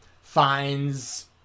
finds